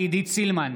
עידית סילמן,